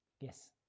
Yes